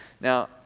Now